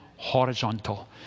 horizontal